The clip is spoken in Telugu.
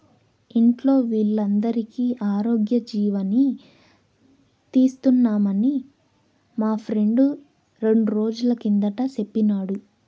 ఇంట్లో వోల్లందరికీ ఆరోగ్యజీవని తీస్తున్నామని మా ఫ్రెండు రెండ్రోజుల కిందట సెప్పినాడు